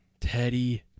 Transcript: Teddy